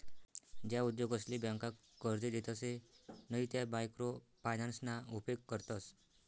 ज्या उद्योगसले ब्यांका कर्जे देतसे नयी त्या मायक्रो फायनान्सना उपेग करतस